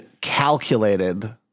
calculated